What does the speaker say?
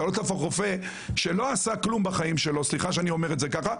אתה לא תהפוך רופא שלא עשה כלום בחיים שלו סליחה שאני אומר את זה ככה,